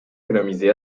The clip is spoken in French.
économisé